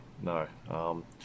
No